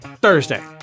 Thursday